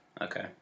okay